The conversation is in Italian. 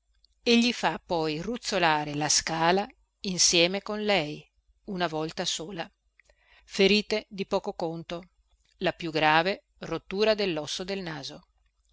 e gli fa poi ruzzolare la scala insieme con lei una volta sola ferite di poco conto la più grave rottura dellosso del naso